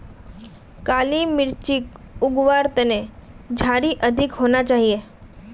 काली मिर्चक उग वार तने झड़ी अधिक होना चाहिए